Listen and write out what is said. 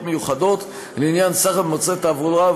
מיוחדות לעניין סחר במוצרי תעבורה,